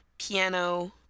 piano